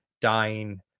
dying